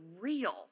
real